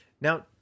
Now